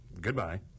Goodbye